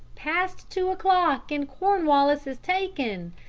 past two o'clock, and cornwallis is taken!